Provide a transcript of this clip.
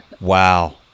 Wow